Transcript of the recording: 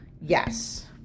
yes